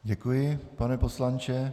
Děkuji, pane poslanče.